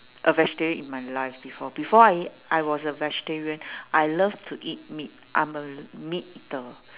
a vegetarian in my life before before I I was a vegetarian I love to eat meat I'm a meat eater